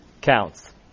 counts